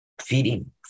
feeding